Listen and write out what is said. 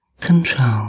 control